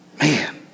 man